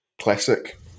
classic